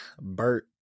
Bert